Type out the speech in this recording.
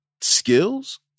skills